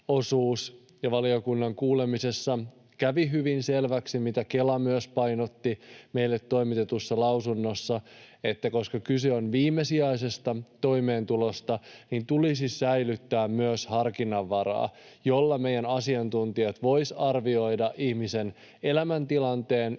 Valiokunnan kuulemisessa kävi hyvin selväksi — mitä myös Kela painotti meille toimitetussa lausunnossa — että koska kyse on viimesijaisesta toimeentulosta, niin tulisi säilyttää myös harkinnanvaraa, jolla meidän asiantuntijat voisivat arvioida ihmisen elämäntilanteen